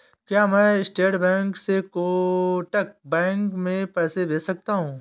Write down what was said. क्या मैं state bank से कोटक बैंक में पैसे भेज सकता हूँ?